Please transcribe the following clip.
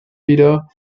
wieder